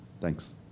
Thanks